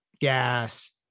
Gas